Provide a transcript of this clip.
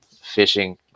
fishing